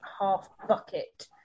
half-bucket